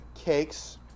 cakes